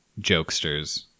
jokesters